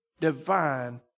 divine